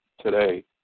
today